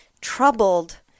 troubled